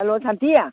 hello Shanti